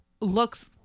looks